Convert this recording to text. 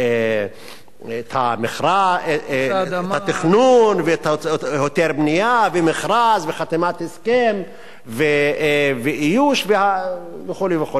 את התכנון והיתר בנייה ומכרז וחתימת הסכם ואיוש וכו' וכו'.